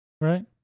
Right